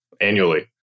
annually